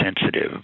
sensitive